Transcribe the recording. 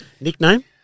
Nickname